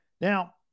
Now